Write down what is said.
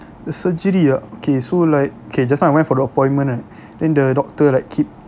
the surgery ah okay so like kay just now I went for the appointment right then the doctor right keep